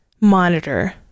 monitor